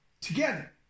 together